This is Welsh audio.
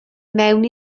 mewn